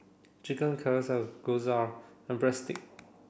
Chicken Casserole Gyros and Breadstick